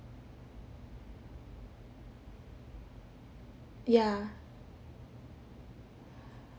yeah